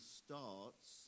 starts